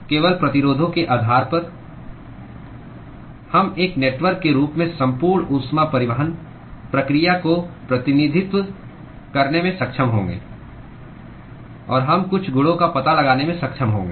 केवल प्रतिरोधों के आधार पर हम एक नेटवर्क के रूप में संपूर्ण ऊष्मा परिवहन प्रक्रिया का प्रतिनिधित्व करने में सक्षम होंगे और हम कुछ गुणों का पता लगाने में सक्षम होंगे